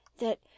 That